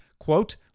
Quote